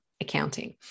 accounting